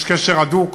יש קשר הדוק.